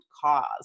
cause